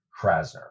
Krasner